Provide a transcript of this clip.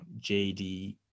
JD